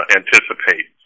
anticipate